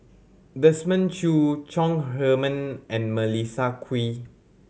Desmond Choo Chong Heman and Melissa Kwee